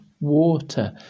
water